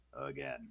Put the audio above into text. again